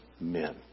men